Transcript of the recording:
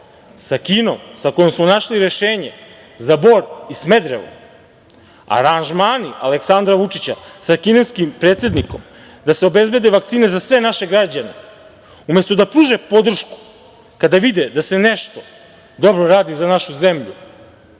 sa Kinom sa kojom smo našli rešenje za Bor i Smederevo, aranžmani Aleksandra Vučića sa kineskim predsednikom da se obezbede vakcine za sve naše građane. Umesto da pruže podršku kada vide da se nešto dobro radi za našu zemlju,